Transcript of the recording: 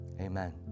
Amen